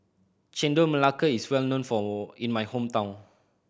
Chendol Melaka is well known for in my hometown